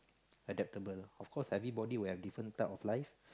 adaptable of course everybody will have different type of life